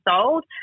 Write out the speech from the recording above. sold